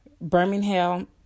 Birmingham